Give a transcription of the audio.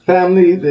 Family